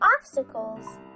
obstacles